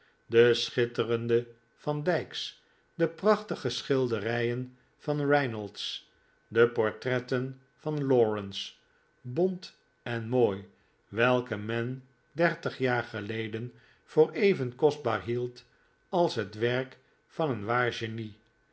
de schitterende van dijk's de prachtige schilderijen van reynolds de portretten van lawrence bont en mooi welke men dertig jaar geleden voor even kostbaar hield als het werk van een waar genie